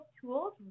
tools